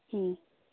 হুম